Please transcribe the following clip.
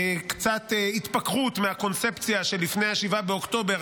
קצת התפכחות מהקונספציה של לפני 7 באוקטובר.